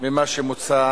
ממה שמוצע